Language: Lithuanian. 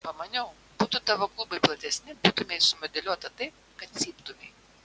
pamaniau būtų tavo klubai platesni būtumei sumodeliuota taip kad cyptumei